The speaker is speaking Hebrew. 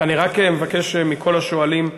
אני רק מבקש מכל השואלים,